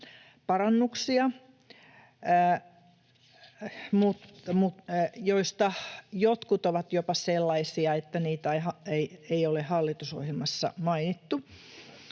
parannuksia, joista jotkut ovat jopa sellaisia, että niitä ei ole hallitusohjelmassa mainittu.